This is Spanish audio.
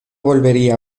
volvería